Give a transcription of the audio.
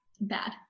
bad